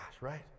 right